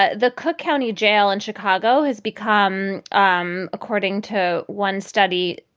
ah the cook county jail in chicago has become, um according to one study,